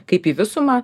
kaip į visumą